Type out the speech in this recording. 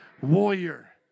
Warrior